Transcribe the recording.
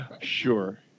Sure